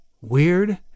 weird